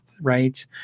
right